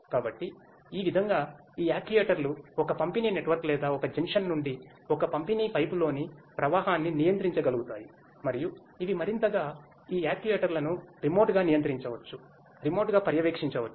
కాబట్టి ఈ విధంగా ఈ యాక్యుయేటర్లు ఒక పంపిణీ నెట్వర్క్ లేదా ఒక జంక్షన్ నుండి ఒక పంపిణీ పైపులోని ప్రవాహాన్ని నియంత్రించగలుగుతాయి మరియు ఇవి మరింతగా ఈ యాక్యుయేటర్లను రిమోట్గా నియంత్రించవచ్చురిమోట్గా పర్యవేక్షించవచ్చు